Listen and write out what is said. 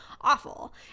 awful